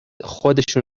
خودشون